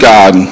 God